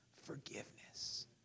forgiveness